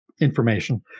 information